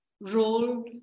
role